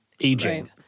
aging